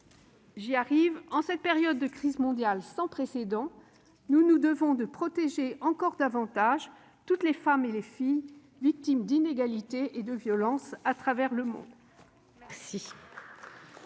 collègue. En cette période de crise mondiale sans précédent, nous nous devons de protéger encore davantage toutes les femmes et les filles victimes d'inégalités et de violences à travers le monde.